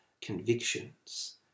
convictions